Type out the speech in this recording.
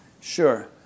Sure